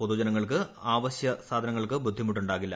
പൊതുജനങ്ങൾക്ക് അത്യാവശ്യ സാധനങ്ങൾക്ക് ബുദ്ധിമുട്ടുണ്ടാകില്ല